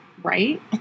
Right